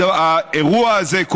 האירוע הזה,